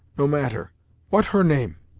no matter what her name?